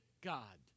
God